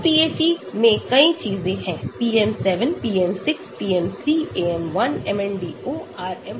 MOPAC में कई चीजें हैं PM7 PM6 PM3 AM1 MNDO RM1